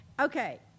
Okay